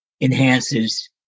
enhances